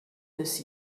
this